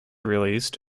released